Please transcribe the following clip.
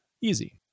Easy